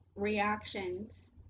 reactions